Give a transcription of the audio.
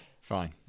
Fine